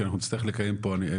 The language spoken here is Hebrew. כי אנחנו נצטרך לקיים פה עוד.